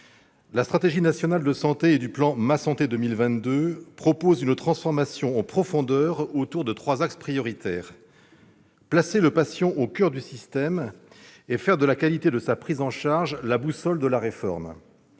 la stratégie nationale de santé et du plan « Ma santé 2022 » prévoit une transformation en profondeur autour de trois axes prioritaires : placer le patient au coeur du système et faire de la qualité de sa prise en charge la boussole de la réforme,